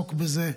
לעסוק בזה.